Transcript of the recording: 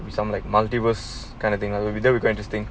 some like multiples kind of thing lah maybe that will be quite interesting